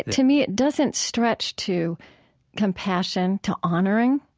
to me, it doesn't stretch to compassion, to honoring,